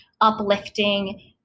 uplifting